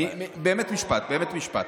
באמת משפט, באמת משפט.